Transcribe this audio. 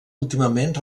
últimament